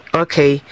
okay